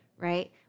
right